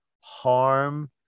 harm